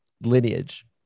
lineage